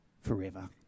forever